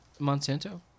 Monsanto